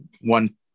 One